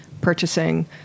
purchasing